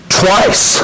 twice